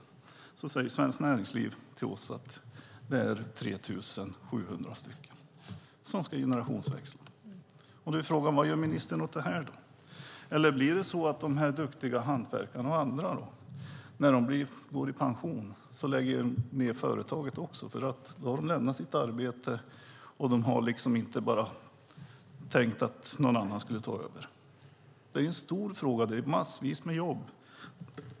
Svenskt Näringsliv säger till oss att det är 3 700 företagare som ska generationsväxla. Då är frågan: Vad gör ministern åt detta? Blir det så att dessa duktiga hantverkare och andra när de går i pension lägger ned företaget? Då har de nämligen lämnat sitt arbete, och de har inte tänkt att någon annan skulle ta över. Det är en stor fråga; det handlar om massvis med jobb.